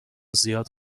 زیاد